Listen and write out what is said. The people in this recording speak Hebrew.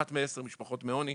אחת מעשר משפחות מעוני,